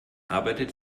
arbeitet